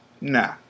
Nah